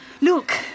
Look